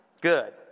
Good